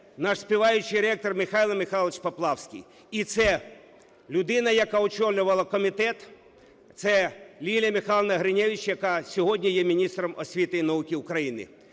наш "співаючий ректор" Михайло Михайлович Поплавський, і це людина, яка очолювала комітет, це Лілія Михайлівна Гриневич, яка сьогодні є міністром освіти і науки України.